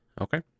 Okay